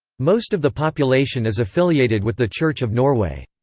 most of the population is affiliated with the church of norway.